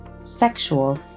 sexual